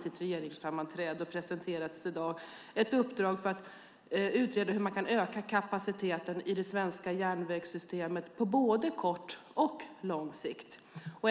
sitt sammanträde i går - det presenterades i dag - gett Trafikverket i uppdrag att utreda hur man kan öka kapaciteten i det svenska järnvägssystemet på både kort och lång sikt.